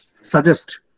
suggest